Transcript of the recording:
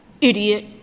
idiot